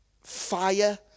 fire